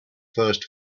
first